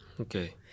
Okay